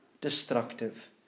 destructive